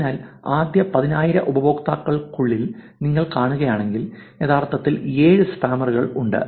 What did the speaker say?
അതിനാൽ ആദ്യ 10000 ഉപയോക്താക്കൾക്കുള്ളിൽ നിങ്ങൾ കാണുകയാണെങ്കിൽ യഥാർത്ഥത്തിൽ 7 സ്പാമറുകൾ ഉണ്ട്